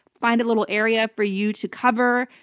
find a little area for you to cover,